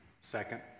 Second